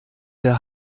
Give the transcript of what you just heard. der